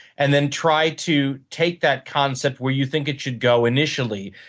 and then try to take that concept where you think it should go initially.